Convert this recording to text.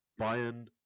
Bayern